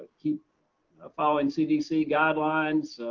keep following cdc guidelines.